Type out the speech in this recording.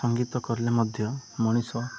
ସଙ୍ଗୀତ କଲେ ମଧ୍ୟ ମଣିଷ